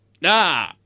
nah